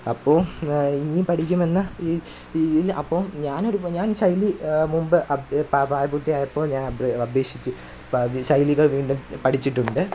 അപ്പോൾ ഇനിയും പഠിക്കുമെന്ന ഈ ഈ അപ്പം ഞാന് ഞാൻ ഈ ശൈലി മുൻപേ പ്രായപൂര്ത്തിയായപ്പോള് ഞാന് അപേ അപേക്ഷിച്ചു ശൈലികള് വീണ്ടും പഠിച്ചിട്ടുണ്ട്